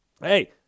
Hey